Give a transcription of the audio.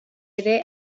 ere